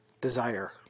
desire